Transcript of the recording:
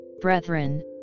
brethren